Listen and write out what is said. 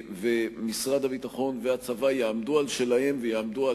ומשרד הביטחון והצבא יעמדו על שלהם ויעמדו על